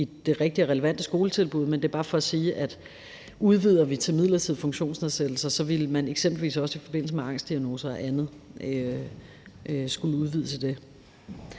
i det rigtige og relevante skoletilbud, men det er bare for at sige, at udvider vi det til midlertidige funktionsnedsættelser, ville man eksempelvis også i forbindelse med angstdiagnoser og andet skulle have det